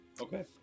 Okay